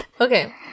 Okay